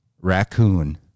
raccoon